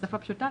ובשפה פשוטה,